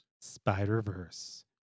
Spider-Verse